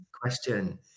question